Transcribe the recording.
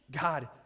God